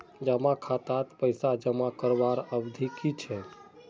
जमा खातात पैसा जमा करवार अवधि की छे?